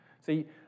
See